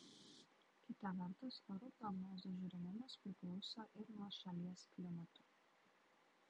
kita vertus orų prognozių žiūrimumas priklauso ir nuo šalies klimato